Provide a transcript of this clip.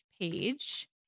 page